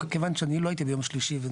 כיוון שאני לא הייתי ביום שלישי,